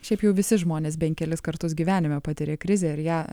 šiaip jau visi žmonės bent kelis kartus gyvenime patiria krizę ir ją